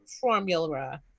formula